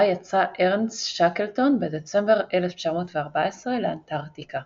יצא ארנסט שקלטון בדצמבר 1914 לאנטארקטיקה